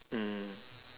mm